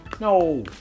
No